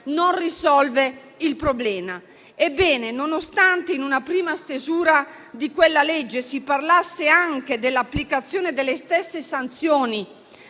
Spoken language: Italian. non risolve il problema. Ebbene, nonostante in una prima stesura di quella normativa si parlasse anche dell'applicazione delle stesse sanzioni